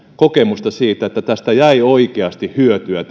kokemusta siitä että vastaanotetusta työstä jää oikeasti hyötyä